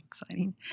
exciting